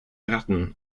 ratten